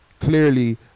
Clearly